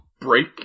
Break